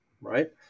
right